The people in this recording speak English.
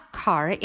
car